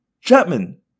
Chapman